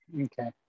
Okay